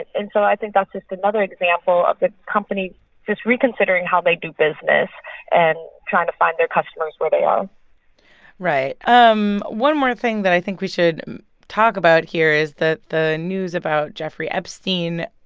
and so i think that's just another example of the company just reconsidering how they do business and trying to find their customers where they are right. um one more thing that i think we should talk about here is the the news about jeffrey epstein.